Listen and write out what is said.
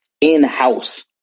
in-house